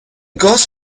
گاز